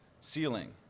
ceiling